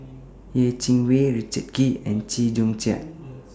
Yeh Chi Wei Richard Kee and Chew Joo Chiat